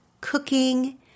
cooking